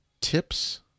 tips